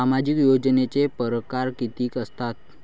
सामाजिक योजनेचे परकार कितीक असतात?